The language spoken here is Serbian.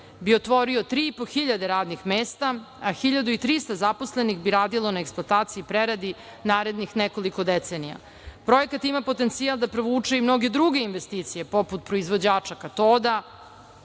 bi otvorio tri i po hiljade radnih mesta, a 1300 zaposlenih bi radilo na eksploataciji i preradi narednih nekoliko decenija. Projekat ima potencijal da privuče i mnoge druge investicije, poput proizvođača katoda,